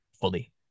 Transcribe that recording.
fully